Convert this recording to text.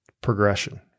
progression